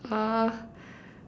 uh